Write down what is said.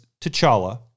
T'Challa